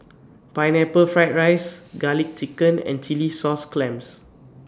Pineapple Fried Rice Garlic Chicken and Chilli Sauce Clams